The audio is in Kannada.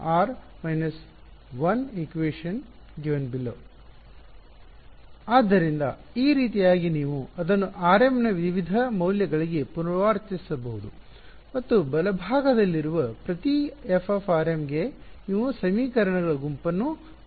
ϕrm−1−2ϕϕ2rm1 f 2rm1−rm−1 ಆದ್ದರಿಂದ ಈ ರೀತಿಯಾಗಿ ನೀವು ಅದನ್ನು rm ನ ವಿವಿಧ ಮೌಲ್ಯಗಳಿಗೆ ಪುನರಾವರ್ತಿಸಬಹುದು ಮತ್ತು ಬಲಭಾಗದಲ್ಲಿರುವ ಪ್ರತಿ f ಗೆ ನೀವು ಸಮೀಕರಣಗಳ ಗುಂಪನ್ನು ಪಡೆಯುತ್ತೀರಿ